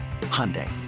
hyundai